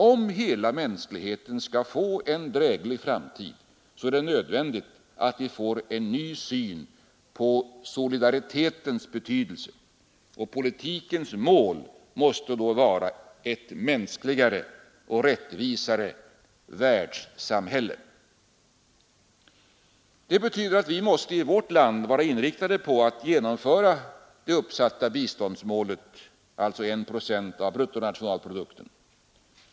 Om hela mänskligheten skall få en dräglig framtid är det nödvändigt att vi får en ny syn på solidaritetens betydelse. Politikens mål måste vara ett mänskligare och rättvisare världssamhälle. Vi måste i vårt land vara inriktade på att genomföra det uppsatta biståndsmålet, 1 procent av bruttonationalprodukten.